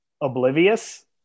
oblivious